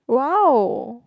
!wow!